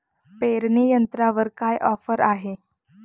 पेरणी यंत्रावर काय ऑफर आहे?